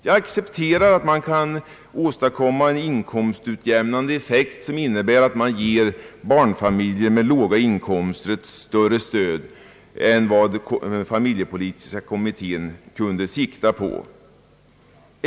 Jag accepterar att en inkomstutjämnande effekt kan åstadkommas, som innebär att man ger barnfamiljer med låga inkomster ett större stöd än vad familjepolitiska kommittén siktade på.